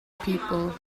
people